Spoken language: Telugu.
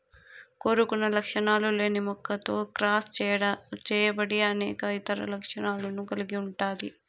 కోరుకున్న లక్షణాలు లేని మొక్కతో క్రాస్ చేయబడి అనేక ఇతర లక్షణాలను కలిగి ఉంటాది